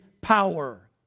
power